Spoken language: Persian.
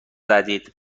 زدید